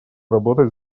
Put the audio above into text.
работать